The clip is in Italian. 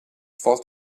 fort